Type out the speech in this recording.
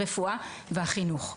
הרפואה והחינוך.